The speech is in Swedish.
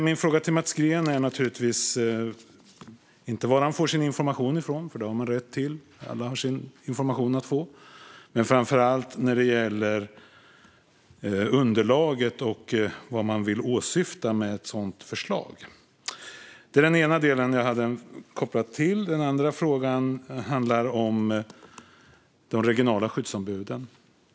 Min fråga till Mats Green är inte varifrån han får sin information - den har han rätt till - men däremot ifrågasätter jag underlaget och vad han vill åsyfta med ett sådant förslag. Sedan har jag en fråga om de regionala skyddsombuden.